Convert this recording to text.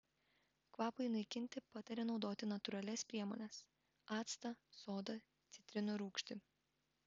kvapui naikinti patarė naudoti natūralias priemones actą sodą citrinų rūgštį